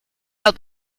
out